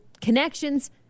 connections